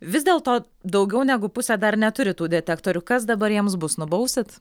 vis dėlto daugiau negu pusė dar neturi tų detektorių kas dabar jiems bus nubausit